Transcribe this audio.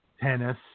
tennis